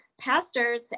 pastors